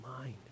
mind